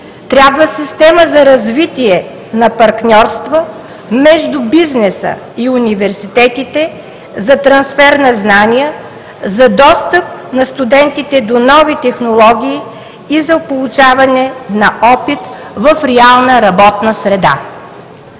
Трябва система за развитие на партньорства между бизнеса и университетите, за трансфер на знания, за достъп на студентите до нови технологии и за получаване на опит в реална работна среда.